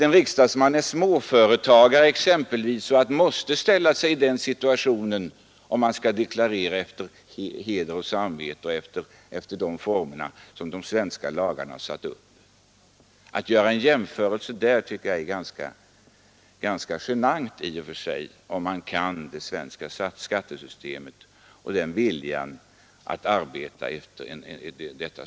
En riksdagsman kan exempelvis vara småföretagare och måste ställa sig i den situationen, om han skall deklarera på heder och samvete och efter de former som de svenska lagarna uppställer. Att göra en jämförelse där tycker jag i och för sig är ganska genant om man kan det svenska skattesystemet och har viljan att följa det.